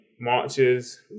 marches